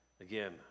Again